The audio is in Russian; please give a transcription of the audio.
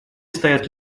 стоят